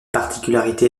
particularité